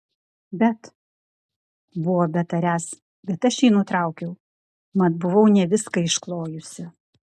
bet buvo betariąs bet aš jį nutraukiau mat buvau ne viską išklojusi